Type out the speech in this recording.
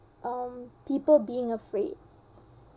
um people being afraid